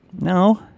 No